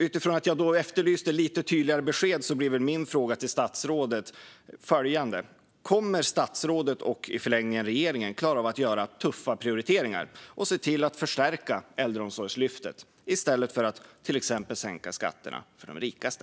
Utifrån att jag efterlyste lite tydligare besked blir min fråga till statsrådet följande: Kommer statsrådet och i förlängningen regeringen att klara av att göra tuffa prioriteringar och se till att förstärka Äldreomsorgslyftet i stället för att till exempel sänka skatterna för de rikaste?